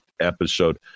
episode